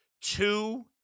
Two